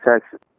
Texas